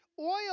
oil